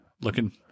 looking